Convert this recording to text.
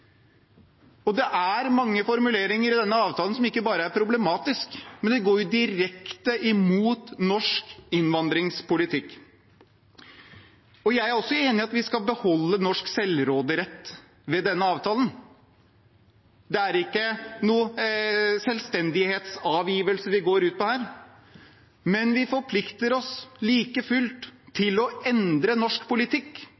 forpliktelser. Det er mange formuleringer i denne avtalen som ikke bare er problematiske, men går direkte imot norsk innvandringspolitikk. Jeg er også enig i at vi skal beholde norsk selvråderett ved denne avtalen. Det er ikke noen selvstendighetsavgivelse vi går ut på her, men vi forplikter oss like fullt